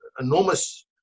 enormous